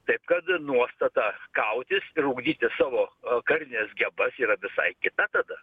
taip kad nuostata kautis ir ugdyti savo a karinės gebas yra visai kita tada